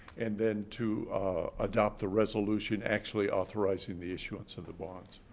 and then to adopt the resolution actually authorizing the issuance of the bonds.